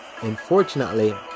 unfortunately